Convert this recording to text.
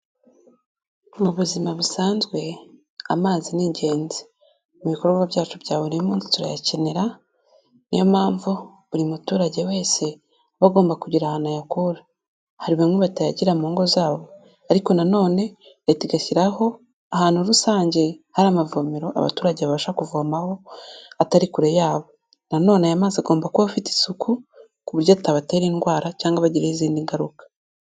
Mubuzima busanzwe amazi ni ingenzi, mubikorwa byacu bya buri munsi turayakenera niyo mpamvu buri muturage wese aba agomba kugira ahantu ayakura. Hari bamwe batayagira mu ngo zabo ariko nanone leta igashyiraho, ahantu rusange hari amavomero abaturage babasha kuvomaho atari kure yabo, nanone ayo mazi agomba kuba afite isuku ku buryo atabatera indwara cyangwa abagiraho izindi ngaruka.